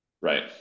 Right